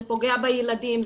זה פוגע בילדים,